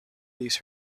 these